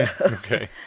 Okay